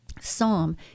Psalm